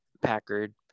Packard